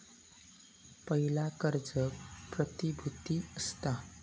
पयला कर्ज प्रतिभुती असता